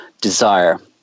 desire